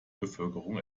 bevölkerung